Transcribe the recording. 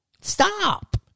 Stop